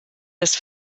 des